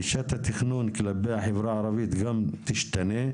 גישת התכנון כלפי החברה הערבית גם תשתנה.